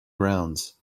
grounds